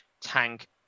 tank